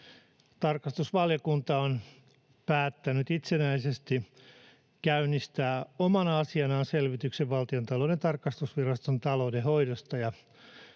Tarkastusvaliokunta on päättänyt itsenäisesti käynnistää omana asianaan selvityksen Valtiontalouden tarkastusviraston taloudenhoidosta,